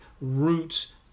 roots